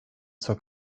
zur